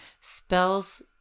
Spells